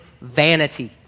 vanity